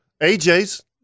aj's